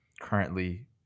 currently